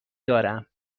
دارم